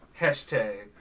Hashtag